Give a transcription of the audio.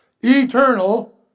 Eternal